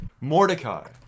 Mordecai